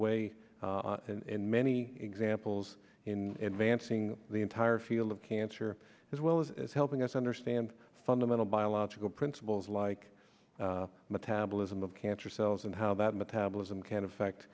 way in many examples in dancing the entire field of cancer as well as helping us understand fundamental biological principles like metabolism of cancer cells and how that metabolism can affect